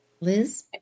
Liz